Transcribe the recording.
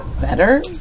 better